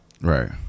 Right